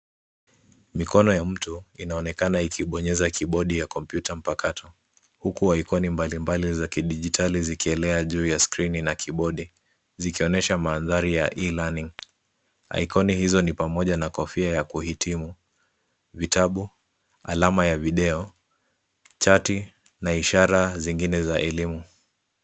Mikono ya mtu inaonekana ikibonyeza kibodi ya kompyuta mpakato. Huko ikoni mbalimbali za kijidijitali zikielea juu ya skrini na kibodi zikionyesha mandhari ya E-learning .Ikoni hizo ni pamoja na kofia ya kuhitimu, vitabu, alama ya video, chati na ishara zingine za elimu.